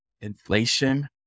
inflation